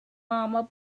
mama